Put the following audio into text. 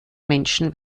menschen